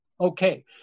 Okay